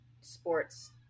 sports